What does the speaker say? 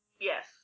yes